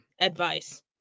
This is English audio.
advice